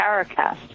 Paracast